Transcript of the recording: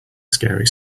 scary